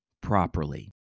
properly